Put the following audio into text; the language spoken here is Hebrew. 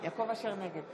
יעקב אשר, נגד